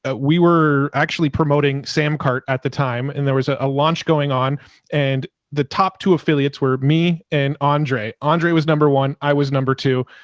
we were actually promoting sam cart at the time and there was ah a launch going on and the top two affiliates were me and andre. andre was number one. i was number two,